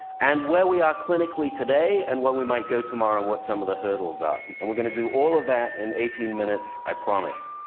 and where we are clinically today, and where we might go tomorrow, and what some of the hurdles are. and we're going to do all of that in eighteen minutes, i promise.